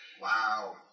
Wow